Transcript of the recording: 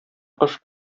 кош